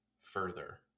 further